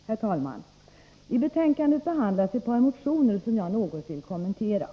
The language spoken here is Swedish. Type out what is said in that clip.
Herr talman! I betänkandet behandlas ett par motioner som jag något vill kommentera.